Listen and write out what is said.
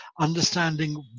understanding